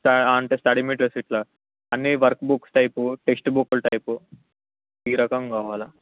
స్ట అంటే study materials ఇట్లా అన్ని వర్క్ బుక్స్ టైపు టెస్ట్ బుక్లు టైపు ఈ రకం కావాలా